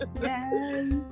Yes